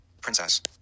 Princess